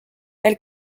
elle